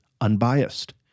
unbiased